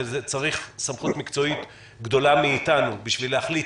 צריך סמכות מקצועית גדולה מאיתנו בשביל להחליט